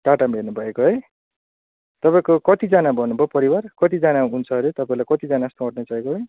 टाटामा हेर्नुभएको है तपाईँको कतिजना भन्नुभयो परिवार कतिजना हुनुहुन्छ अरे तपाईँलाई कतिजना यसमा अँट्ने चाहिएको अरे